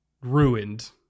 ruined